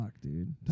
dude